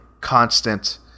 constant